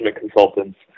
consultants